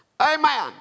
Amen